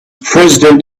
president